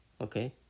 okay